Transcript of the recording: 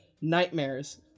nightmares